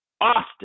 Austin